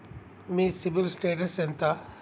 మీ CIBIL status ఎంత?